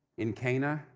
in cana,